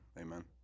Amen